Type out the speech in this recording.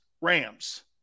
Rams